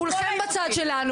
כולכם בצד שלנו.